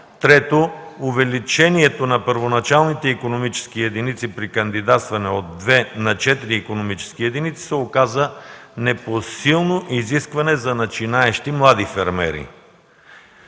Трето, увеличението на първоначалните икономически единици при кандидатстване от 2 на 4 икономически единици се оказа непосилно изискване за начинаещи млади фермери.